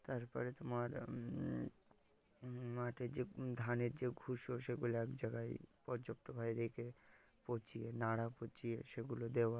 তার পরে তোমার মাঠে যে ধানের যে ভুষো সেগুলো এক জায়গায় পর্যাপ্ত ভাবে দেখে পচিয়ে নাড়া পচিয়ে সেগুলো দেওয়া